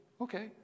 okay